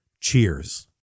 Cheers